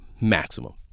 maximum